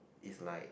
it's like